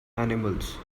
animals